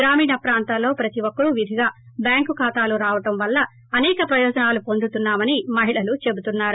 గ్రామీణ ప్రాంతాల్లో ప్రతీ ఒక్కరూ విధిగా బ్యాంకు ఖాతాలు రావటం పల్ల అసేక ప్రయోజనాలు హొందుతున్నామని మహిళలు చెపుతున్నారు